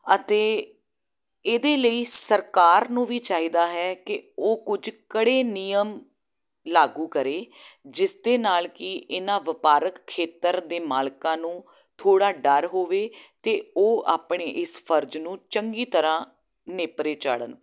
ਅਤੇ ਇਹਦੇ ਲਈ ਸਰਕਾਰ ਨੂੰ ਵੀ ਚਾਹੀਦਾ ਹੈ ਕਿ ਉਹ ਕੁਝ ਕੜੇ ਨਿਯਮ ਲਾਗੂ ਕਰੇ ਜਿਸ ਦੇ ਨਾਲ ਕਿ ਇਹਨਾਂ ਵਪਾਰਕ ਖੇਤਰ ਦੇ ਮਾਲਕਾਂ ਨੂੰ ਥੋੜ੍ਹਾ ਡਰ ਹੋਵੇ ਅਤੇ ਉਹ ਆਪਣੇ ਇਸ ਫਰਜ਼ ਨੂੰ ਚੰਗੀ ਤਰ੍ਹਾਂ ਨੇਪਰੇ ਚਾੜਨ